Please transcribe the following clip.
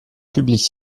publiques